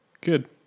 Good